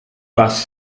bus